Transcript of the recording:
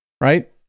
right